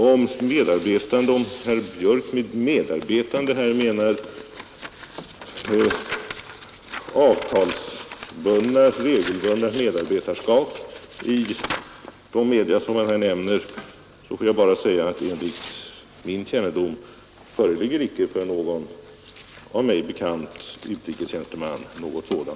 Om herr Björck med ”medarbetande” här menar regelbundna, avtalsbundna medarbetarskap i de media han här nämner, vill jag bara säga att det enligt min kännedom inte föreligger något sådant avtal för någon av mig bekant utrikestjänsteman.